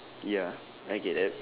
ya I get that